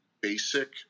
basic